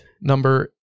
number